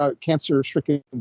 cancer-stricken